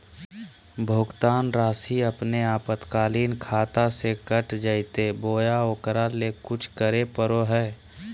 भुक्तान रासि अपने आपातकालीन खाता से कट जैतैय बोया ओकरा ले कुछ करे परो है?